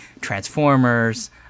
Transformers